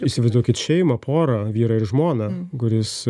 įsivaizduokit šeimą porą vyrą ir žmoną kuris